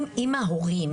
אם ההורים